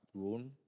grown